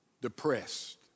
depressed